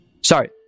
Sorry